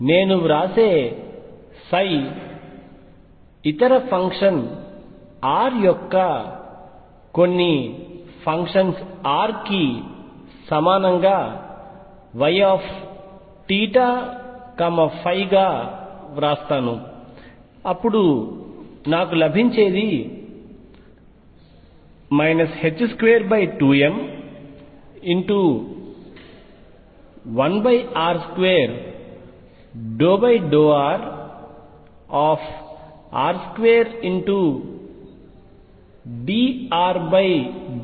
నేను వ్రాసే ఇతర ఫంక్షన్ R యొక్క కొన్ని ఫంక్షన్ r కి సమానంగా Yθϕ గా వ్రాస్తాను అప్పుడు నాకు లభించేది 22m1r2∂r r2dRdrYR2mr2L2YVrRYERY